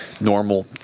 normal